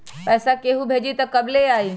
पैसा केहु भेजी त कब ले आई?